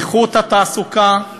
איכות התעסוקה,